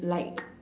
like